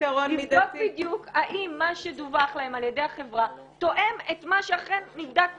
לבדוק בדיוק האם מה שדווח להם על ידי החברה תואם את מה שאכן נבדק ונעשה.